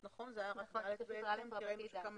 ו-16א(ד)